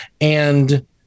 And-